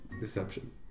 deception